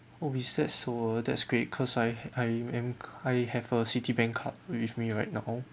oh is that so that's great cause I I am ca~ I have a citibank card with me right now